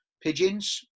pigeons